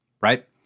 right